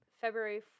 February